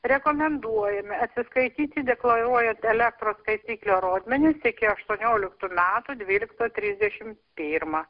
rekomenduojame atsiskaityti deklaruojant elektros skaitiklio rodmenis iki aštuonioliktų metų dvylikto trisdešim pirma